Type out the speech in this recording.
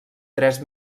tres